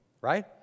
right